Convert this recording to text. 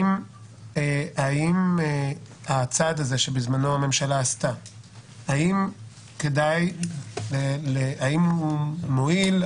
האם הצעד הזה שהממשלה עשתה בזמנו, האם הוא מועיל?